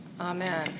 Amen